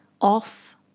off